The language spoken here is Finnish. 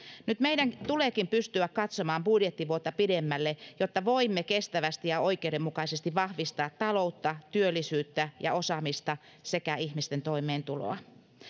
nyt meidän tuleekin pystyä katsomaan budjettivuotta pidemmälle jotta voimme kestävästi ja oikeudenmukaisesti vahvistaa taloutta työllisyyttä ja osaamista sekä ihmisten toimeentuloa